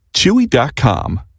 Chewy.com